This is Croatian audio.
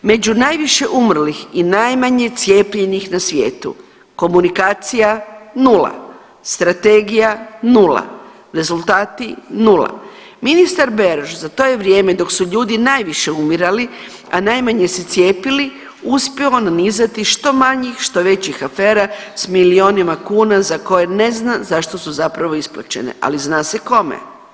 Među najviše umrlih i najmanje cijepljenih na svijetu, komunikacija 0, strategija 0, rezultati 0. Ministar Beroš, za to je vrijeme, dok su ljudi najviše umirali, a najmanje se cijepili uspio nanizati što manjih, što većih afera s milijunima kuna za koje ne zna zašto su zapravo isplaćene, ali zna se kome.